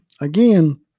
again